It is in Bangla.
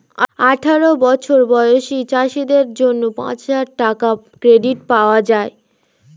আঠারো বছর বয়সী চাষীদের জন্য পাঁচহাজার টাকার ক্রেডিট পাওয়া যায়